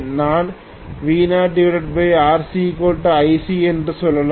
நான் V0RcIcஎன்று சொல்லலாம்